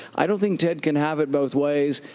i don't think ted can have it both ways.